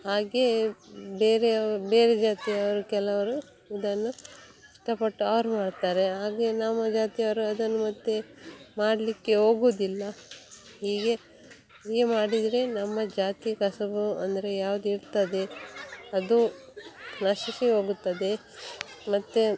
ಹಾಗೆ ಬೇರೆಯವ ಬೇರೆ ಜಾತಿಯವರು ಕೆಲವರು ಇದನ್ನು ಇಷ್ಟಪಟ್ಟು ಅವರು ಮಾಡ್ತಾರೆ ಹಾಗೆ ನಮ್ಮ ಜಾತಿಯವರು ಅದನ್ನು ಮತ್ತೆ ಮಾಡಲಿಕ್ಕೆ ಹೋಗುದಿಲ್ಲ ಹೀಗೆ ಹೀಗೆ ಮಾಡಿದರೆ ನಮ್ಮ ಜಾತಿ ಕಸುಬು ಅಂದರೆ ಯಾವ್ದು ಇರ್ತದೆ ಅದು ನಶಿಸಿ ಹೋಗುತ್ತದೆ ಮತ್ತು